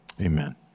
amen